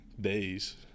days